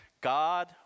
God